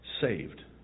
saved